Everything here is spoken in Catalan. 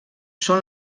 són